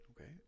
Okay